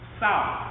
south